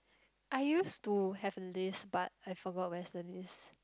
I used to have a list but I forgot where is the list